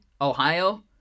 Ohio